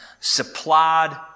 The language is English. supplied